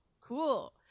cool